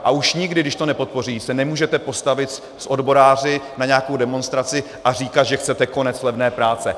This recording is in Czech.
A už nikdy, když to nepodpoří, se nemůžete postavit s odboráři na nějakou demonstraci a říkat, že chcete konec levné práce.